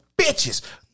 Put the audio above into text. bitches